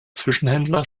zwischenhändler